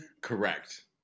Correct